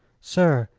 sir,